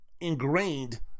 ingrained